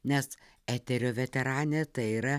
nes eterio veteranė tai yra